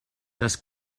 das